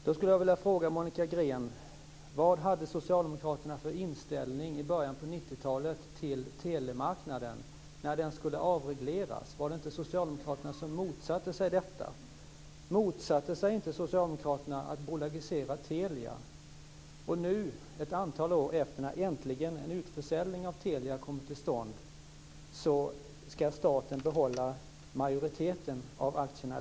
Då vill jag fråga Monica Green: Vad hade socialdemokraterna för inställning i början av 90-talet när telemarknaden skulle avregleras? Var det inte socialdemokraterna som motsatte sig detta? Motsatte sig inte socialdemokraterna en bolagisering av Telia? Och nu, ett antal år senare, när äntligen en utförsäljning av Telia kommer till stånd ska staten likväl behålla majoriteten av aktierna.